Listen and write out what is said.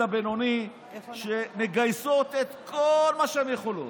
הבינוני שמגייסות את כל מה שהן יכולות,